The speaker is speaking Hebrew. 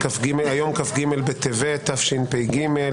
היום כ"ג בטבת התשפ"ג.